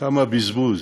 כמה בזבוז,